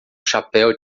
chapéu